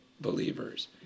believers